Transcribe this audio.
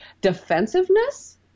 defensiveness